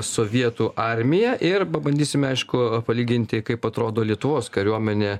sovietų armija ir pabandysime aišku palyginti kaip atrodo lietuvos kariuomenė